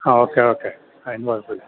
ആ okay okay അതിനു കുഴപ്പമില്ല